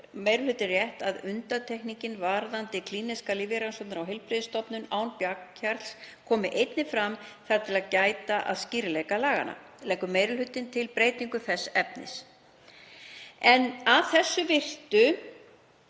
meiri hlutinn rétt að undantekningin varðandi klínískar lyfjarannsóknir á heilbrigðisstofnunum án bakhjarls komi einnig fram þar til að gæta að skýrleika laganna. Leggur meiri hlutinn til breytingu þess efnis. Að þessu virtu